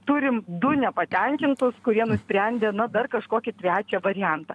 turim du nepatenkintus kurie nusprendė na dar kažkokį trečią variantą